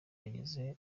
ageze